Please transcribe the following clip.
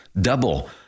Double